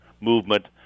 movement